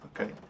okay